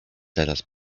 teraz